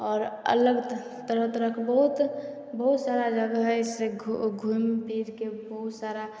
आओर अलग से तरह तरहके बहुत बहुत सारा जगह हइ घूम घूमफिरके बहुत सारा